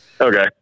Okay